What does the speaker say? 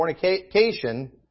fornication